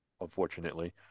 Unfortunately